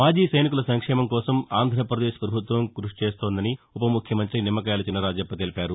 మాజీ సైనికుల సంక్షేమం కోసం ఆంధ్రపదేశ్ పభుత్వం కృషి చేస్తోందని ఉప ముఖ్యమంతి నిమ్మకాయల చినరాజప్ప తెలిపారు